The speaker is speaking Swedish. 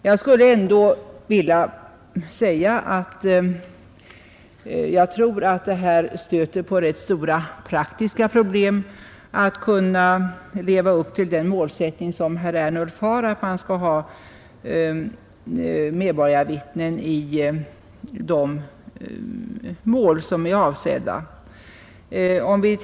Jag skulle ändå vilja säga att jag tror att det stöter på stora praktiska problem att leva upp till den målsättning som herr Ernulf har, att man skall ha medborgarvittnen i de fall som är avsedda.